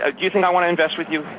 ah you think i want to invest with you?